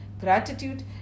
gratitude